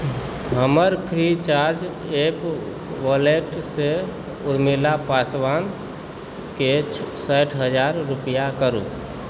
हमर Freecharge app वॉलेटसँ उर्मिला पासवानके साठि हजार रूपैआ करू